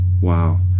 Wow